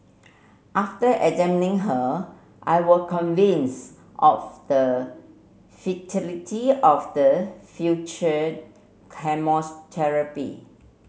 after examining her I were convinced of the futility of the future chemotherapy